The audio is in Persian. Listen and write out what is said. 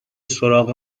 سراغ